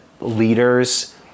leaders